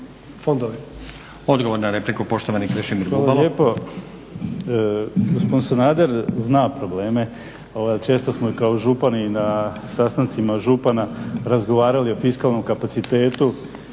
Odgovor na repliku, poštovani Krešimir Bubalo.